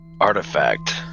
artifact